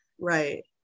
right